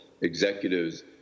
executives